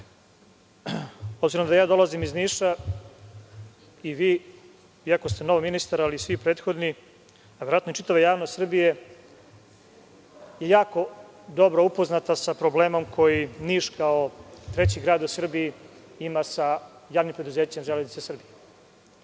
da ja dolazim iz Niša, iako ste novi ministar, ali i svi prethodni, a verovatno i čitava javnost Srbije je jako dobro upoznata sa problemom koji Niš kao treći grad u Srbiji, ima sa JP „Železnice“ Srbije. Skoro